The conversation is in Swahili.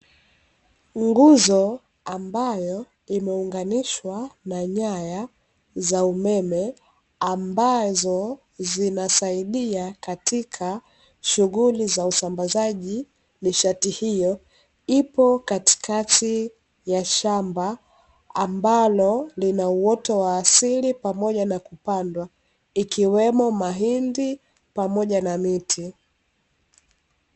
Nguzo ambayo imeunganishwa na nyaya za umeme ambazo zinasaidia katika shughuli za usambazaji, nishati hiyo ipo katikati ya shamba ambalo lina uoto wa asili pamoja na kupandwa, ikiwemo mahindi pamoja na miti.